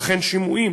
וכן שימועים